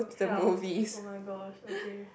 help oh-my-gosh okay